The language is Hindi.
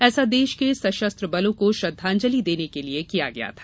ऐसा देश के सशस्त्र बलों को श्रृंद्वाजलि देने के लिए किया गया था